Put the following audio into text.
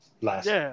last